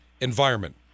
environment